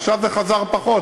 עכשיו זה חזר פחות,